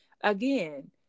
again